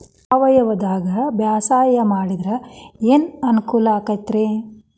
ಸಾವಯವದಾಗಾ ಬ್ಯಾಸಾಯಾ ಮಾಡಿದ್ರ ಏನ್ ಅನುಕೂಲ ಐತ್ರೇ?